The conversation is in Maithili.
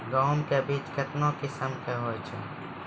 गेहूँ के बीज के कितने किसमें है?